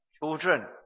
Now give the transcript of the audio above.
children